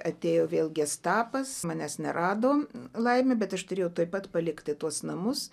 atėjo vėl gestapas manęs nerado laimė bet aš turėjau tuoj pat palikti tuos namus